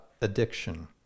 addiction